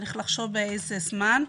צריך לחשוב באיזה זמן,